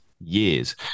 years